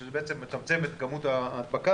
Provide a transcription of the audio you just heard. שזה מצמצם את כמות ההדבקה.